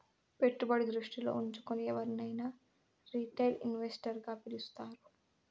పెట్టుబడి దృష్టిలో ఉంచుకుని ఎవరినైనా రిటైల్ ఇన్వెస్టర్ గా పిలుస్తారు